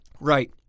right